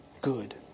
good